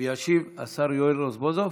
וישיב השר יואל רזבוזוב